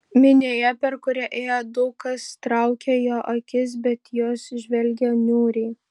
minioje per kurią ėjo daug kas traukė jo akis bet jos žvelgė niūriai